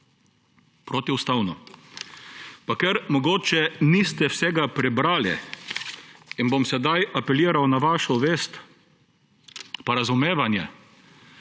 protiustavno. Ker mogoče niste vsega prebrali in bom sedaj apeliral na vašo vest pa razumevanje,